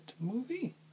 movie